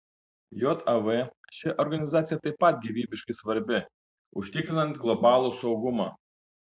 jav ši organizacija taip pat gyvybiškai svarbi užtikrinant globalų saugumą